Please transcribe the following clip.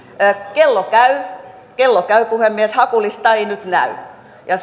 kello käy kello käy puhemies hakulista ei nyt näy ja